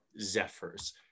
zephyrs